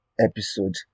episode